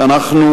אנחנו